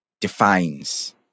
defines